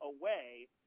away